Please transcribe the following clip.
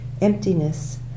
emptiness